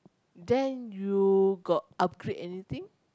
then you got upgrade anything